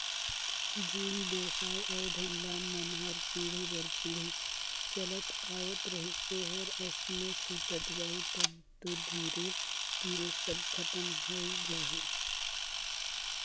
जेन बेवसाय अउ धंधा मन हर पीढ़ी दर पीढ़ी चलत आवत रहिस ओहर अइसने छूटत जाही तब तो धीरे धीरे सब खतम होए जाही